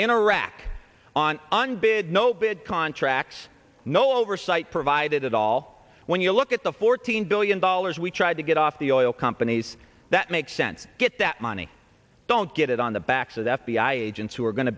a rack on an bid no bid contracts no oversight provided at all when you look at the fourteen billion dollars we try to get off the oil companies that make sense get that money don't get it on the backs of f b i agents who are going to